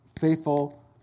faithful